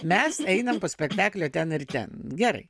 mes einam po spektaklio ten ir ten gerai